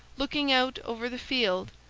looking out over the field,